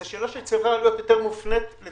זו שאלה שמופנית יותר למדינה,